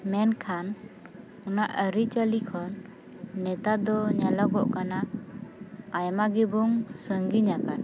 ᱢᱮᱱᱠᱷᱟᱱ ᱚᱱᱟ ᱟᱹᱨᱤᱼᱪᱟᱹᱞᱤ ᱠᱷᱚᱱ ᱱᱮᱛᱟᱨ ᱫᱚ ᱧᱮᱞᱚᱜᱚᱜ ᱠᱟᱱᱟ ᱟᱭᱢᱟ ᱜᱮᱵᱚᱱ ᱥᱟᱺᱜᱤᱧ ᱟᱠᱟᱱᱟ